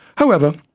however,